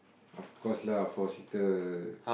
of course lah four seater